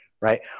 right